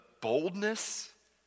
boldness